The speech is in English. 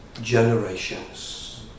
generations